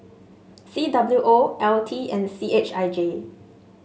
C W O L T and C H I J